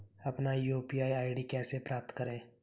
अपना UPI ID कैसे प्राप्त करें?